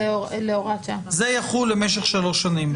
הוא למעשה יכול לאכוף את הצו של שר המשפטים,